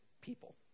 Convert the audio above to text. people